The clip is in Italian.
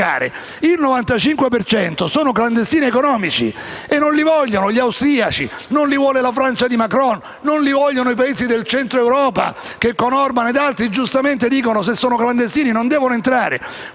ma sono clandestini economici e non li vogliono gli austriaci, non li vuole la Francia di Macron, non li vogliono i Paesi del Centro Europa, dove Orbàn ed altri, giustamente, dicono che se sono clandestini non devono entrare.